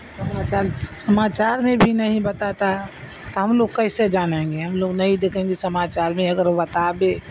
سماچار میں بھی نہیں بتاتا تو ہم لوگ کیسے جانیں گے ہم لوگ نہیں دیکھیں گے سماچار میں اگر وہ بتائے